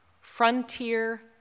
Frontier